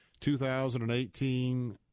2018